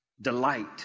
delight